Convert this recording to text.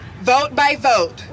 vote-by-vote